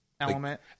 element